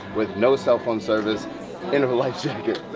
with no cellphone service, and no life jacket.